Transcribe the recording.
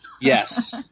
Yes